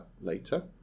later